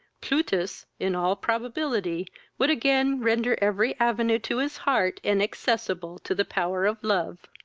plutus, in all probability would again render every avenue to his heart inaccessible to the power of love.